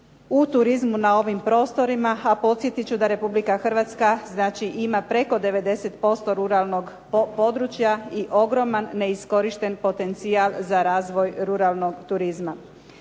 u turizmu na ovim prostorima, a podsjetit ću da Republika Hrvatska ima preko 90% ruralnog područja i ogroman neiskorišten potencijal za razvoj ruralnog turizma.